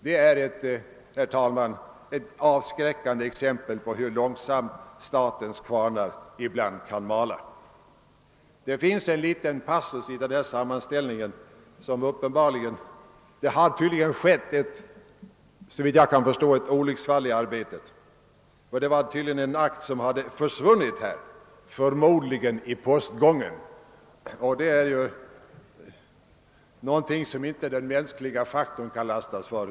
Detta är ett avskräckande exempel på hur långsamt statens kvarnar ibland kan mala. Det finns en liten passus i sammanställningen som kan vara värd att notera. Såvitt jag förstår hade det i detta fall skett ett olycksfall i arbetet, och en akt hade försvunnit, »förmodligen i postgången». Det är ju någonting som har mycket litet med den mänskliga faktorn att göra.